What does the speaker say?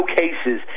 cases